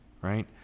right